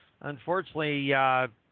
unfortunately